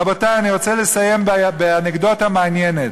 רבותי, אני רוצה לסיים באנקדוטה מעניינת.